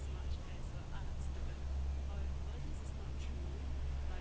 mmhmm